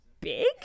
big